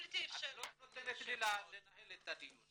את לא נותנת לי לנהל את הדיון.